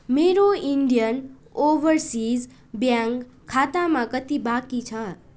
मेरो Indian Overseas Bank खातामा कति बाँकी छ